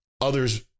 Others